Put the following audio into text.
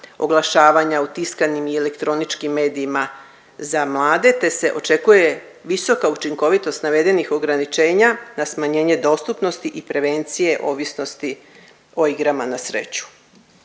oglašavanja u tiskanim i elektroničkim medijima za mlade te se očekuje visoka učinkovitost navedenih ograničenja na smanjenje dostupnosti i prevencije ovisnosti o igrama na sreću.